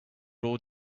raw